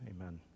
amen